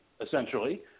essentially